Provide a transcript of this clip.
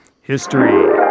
history